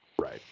Right